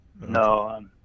No